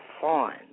fine